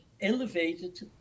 elevated